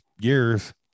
years